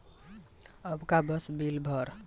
अबका बस बिल भर द अउरी फेर सामान तोर हो जाइ